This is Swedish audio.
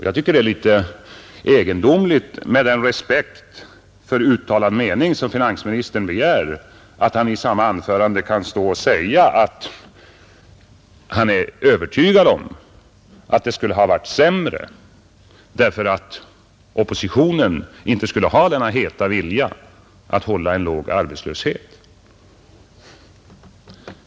Jag tycker att det är litet egendomligt, med den respekt för uttalad mening som finansministern begär, att han i samma anförande kan stå och säga att han är övertygad om att det skulle ha varit sämre om oppositionen hade fått bestämma, eftersom den inte skulle ha denna heta vilja att hålla en låg arbetslöshet.